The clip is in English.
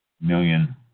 million